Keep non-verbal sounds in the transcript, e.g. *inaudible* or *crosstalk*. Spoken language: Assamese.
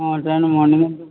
অঁ *unintelligible* মৰ্ণিং *unintelligible*